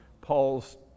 Paul's